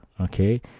okay